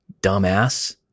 dumbass